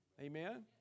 Amen